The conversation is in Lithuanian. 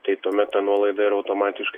tai tuomet ta nuolaida yra automatiškai